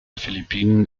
philippinen